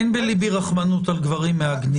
אין בליבי רחמנות על גברים מעגנים.